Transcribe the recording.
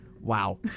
Wow